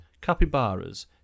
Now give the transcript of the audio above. capybaras